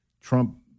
trump